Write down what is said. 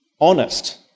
honest